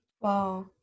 Wow